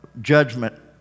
Judgment